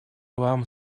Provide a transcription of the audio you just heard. вам